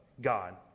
God